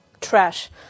trash